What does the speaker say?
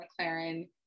McLaren